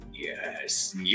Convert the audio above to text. Yes